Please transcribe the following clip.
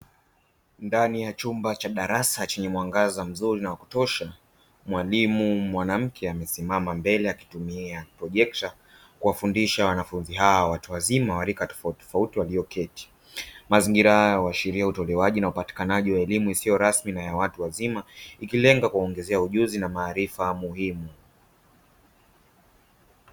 Ndani ya chumba cha darasa chenye mwangaza mzuri na wa kutosha mwalimu mwanamke amesimama mbele akitumia projekta kuwafundisha wanafunzi hawa watu wazima wa rika tofauti tofauti walioketi. Mazingira haya huashiria utolewaji na upatikanaji wa elimu isiyo rasmi na ya watu wazima ikilenga kuwaongezea ujuzi na maarifa muhimu.